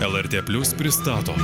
lrt plius pristato